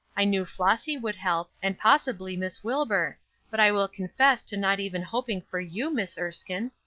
i knew flossy would help, and possibly miss wilbur but i will confess to not even hoping for you, miss erskine.